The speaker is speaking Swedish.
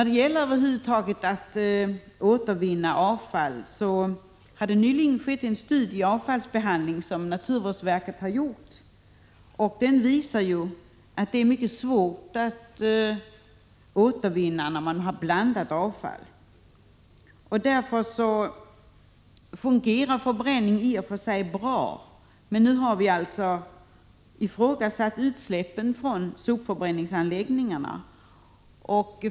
Naturvårdsverket har nyligen gjort en studie beträffande avfallsbehandling och återvinning av avfall. Den visar att det är mycket svårt att återvinna när man blandat avfall. Därför fungerar förbränning i och för sig bra, men nu har vi alltså ifrågasatt utsläppen från sopförbränningsanläggningarna.